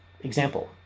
Example